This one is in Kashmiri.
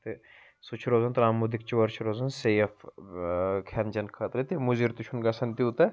تہٕ سُہ چھُ روزان ترٛاموٗ دِیگچہٕ وٲر چھِ روزان سیف ٲں کھیٚنہٕ چیٚنہٕ خٲطرٕ تہِ مُضِر تہِ چھُنہٕ گَژھان تیٛوٗتاہ